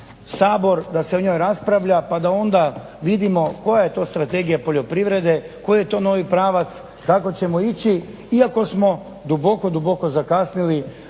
da se o njoj raspravlja, pa da onda vidimo koja je to strategija poljoprivrede, koji je to novi pravac, kako ćemo ići iako smo duboko, duboko zakasnili,